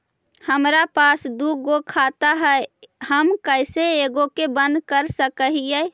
हमरा पास दु गो खाता हैं, हम कैसे एगो के बंद कर सक हिय?